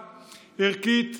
ערכית,